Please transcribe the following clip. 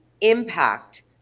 impact